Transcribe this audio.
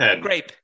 Grape